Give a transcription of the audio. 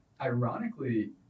ironically